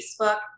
Facebook